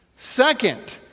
Second